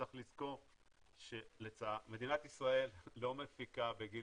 צריך לזכור שמדינת ישראל לא מפיקה בגיל